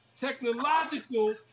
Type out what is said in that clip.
technological